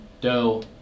doe